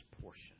portion